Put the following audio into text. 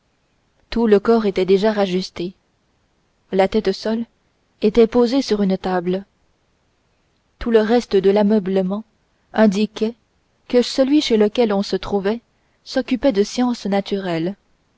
tout le corps était déjà rajusté la tête seule était posée sur une table tout le reste de l'ameublement indiquait que celui chez lequel on se trouvait s'occupait de sciences naturelles